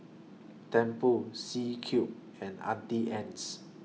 Tempur C Cube and Auntie Anne's